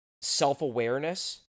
self-awareness